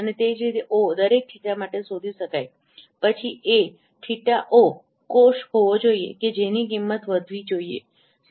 અને તે રીતે ઓહρ દરેક થીટાθ માટે શોધી શકાય પછી Aθρ કોષ હોવો જોઈએ કે જેની કિંમત વધવી જોઈએ સંચિત હોવી જોઈએ